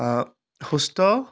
সুস্থ